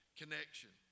connection